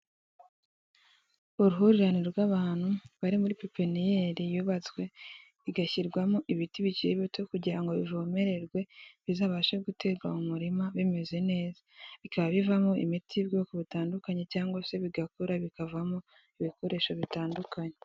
Uruhurirane rw'abantu bari muri pepenyeri yubatswe igashyirwamo ibiti bikiri bito kugira ngo ivomererwe, bizabashe guterwa mu murima bimeze neza, bikaba bivamo imiti y'ubwoko butandukanye cyangwa se bigakura bikavamo ibikoresho bitandukanye.